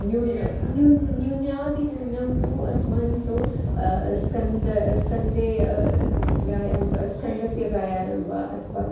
न्यूनं न्यू न्यून्याति न्यूनं तु अस्मान् तु स्कन्दे स्कन्दे व्यायामं क स्कन्दस्य व्यायामं वा अथवा